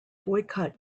boycott